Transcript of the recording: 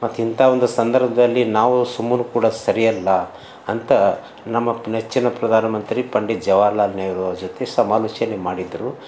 ಮತ್ತು ಇಂಥ ಒಂದು ಸಂದರ್ಭದಲ್ಲಿ ನಾವು ಸುಮ್ನೆ ಕೂಡದ್ ಸರಿ ಅಲ್ಲಾ ಅಂತ ನಮ್ಮ ನೆಚ್ಚಿನ ಪ್ರಧಾನ ಮಂತ್ರಿ ಪಂಡಿತ್ ಜವಾಹರ್ಲಾಲ್ ನೆಹರು ಅವ್ರ ಜೊತೆ ಸಮಾಲೋಚನೆ ಮಾಡಿದ್ರು